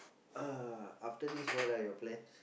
uh after this what are your plans